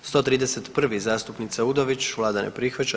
131. zastupnice Udović, vlada ne prihvaća.